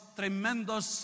tremendous